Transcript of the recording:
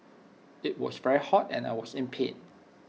IT was very hot and I was in pain